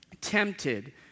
tempted